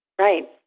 Right